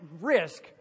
risk